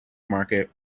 market